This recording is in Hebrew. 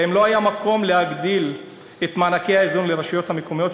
האם לא היה מקום להגדיל את מענקי האזור לרשויות המקומיות,